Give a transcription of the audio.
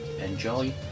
Enjoy